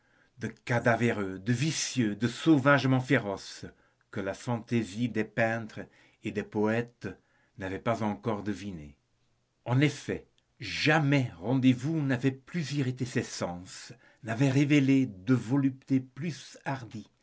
de cadavéreux de vicieux de sauvagement féroce que la fantaisie des peintres et des poètes n'avait pas encore deviné en effet jamais rendez-vous n'avait plus irrité ses sens n'avait révélé de voluptés plus hardies